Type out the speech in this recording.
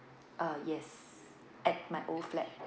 uh yes at my old flat